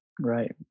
Right